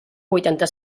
vuitanta